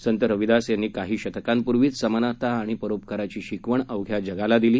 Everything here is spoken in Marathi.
संत रविदास यांनी काही शतकांपूर्वीच समानता आणि परोपकाराची शिकवण अवघ्या जगाला दिली